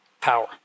power